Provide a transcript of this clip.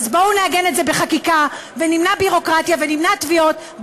אז בואו נעגן את זה בחקיקה ונמנע ביורוקרטיה ונמנע תביעות.